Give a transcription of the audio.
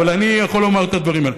אבל אני יכול לומר את הדברים האלה.